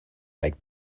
like